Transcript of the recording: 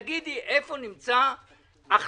תגידי איפה נמצא החלטה,